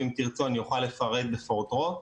ואם תרצו אוכל לפרט בפרוטרוט.